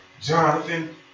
Jonathan